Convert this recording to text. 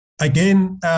Again